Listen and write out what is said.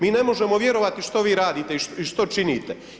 Mi ne možemo vjerovati što vi radite i što činite.